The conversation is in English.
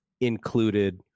included